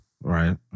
Right